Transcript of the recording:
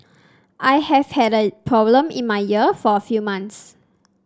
I have had a problem in my ear for a few months